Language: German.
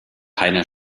keine